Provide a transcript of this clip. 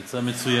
היא הצעה מצוינת.